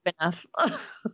enough